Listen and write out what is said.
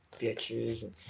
bitches